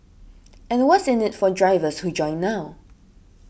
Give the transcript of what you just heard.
and what's in it for drivers who join now